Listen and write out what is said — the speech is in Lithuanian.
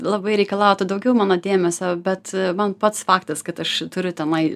labai reikalautų daugiau mano dėmesio bet man pats faktas kad aš turiu temai